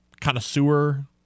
connoisseur